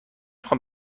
خوام